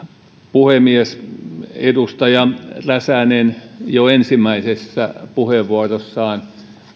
puhemies edustaja räsänen jo ensimmäisessä puheenvuorossaan